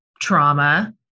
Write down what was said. trauma